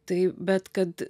tai bet kad